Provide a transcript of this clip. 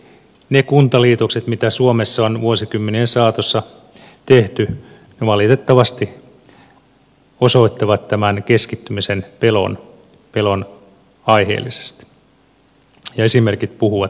ne kuntaliitokset mitä suomessa on vuosikymmenien saatossa tehty valitettavasti osoittavat tämän keskittymisen pelon aiheelliseksi ja esimerkit puhuvat puolestaan